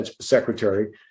secretary